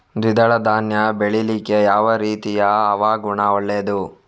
ದ್ವಿದಳ ಧಾನ್ಯ ಬೆಳೀಲಿಕ್ಕೆ ಯಾವ ರೀತಿಯ ಹವಾಗುಣ ಒಳ್ಳೆದು?